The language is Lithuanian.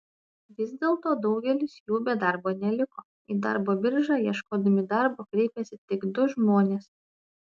vis dėlto daugelis jų be darbo neliko į darbo biržą ieškodami darbo kreipėsi tik du žmonės